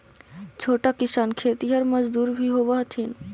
छोटा किसान खेतिहर मजदूर भी होवऽ हथिन